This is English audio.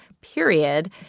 period